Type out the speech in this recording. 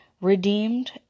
redeemed